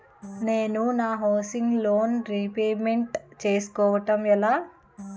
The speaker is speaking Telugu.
నేను నా హౌసిగ్ లోన్ రీపేమెంట్ చేసుకోవటం ఎలా?